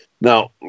Now